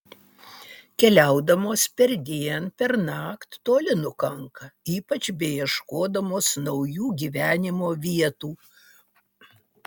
keliaudamos perdien pernakt toli nukanka ypač beieškodamos naujų gyvenimo vietų